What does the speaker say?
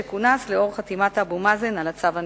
שכונס לאור חתימת אבו מאזן על הצו הנשיאותי.